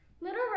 Little